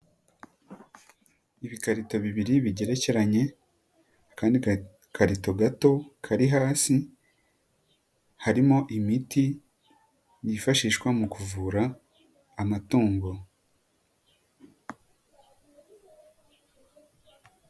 Ibikarito bibiri bigerekeranye, akandi gakarito gato kari hasi, harimo imiti yifashishwa mu kuvura amatungo.